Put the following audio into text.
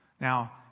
Now